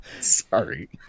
Sorry